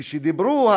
כשהאנשים דיברו,